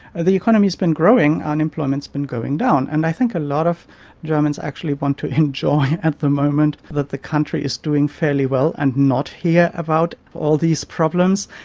the economy has been growing and unemployment has been going down. and i think a lot of germans actually want to enjoy at the moment that the country is doing fairly well and not hear about all these problems.